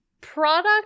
product